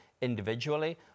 individually